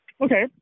Okay